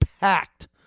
packed